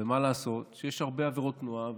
ומה לעשות שיש הרבה עבירות תנועה,